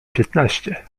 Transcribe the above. piętnaście